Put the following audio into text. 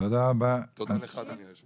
תודה אדוני היושב ראש.